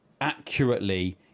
accurately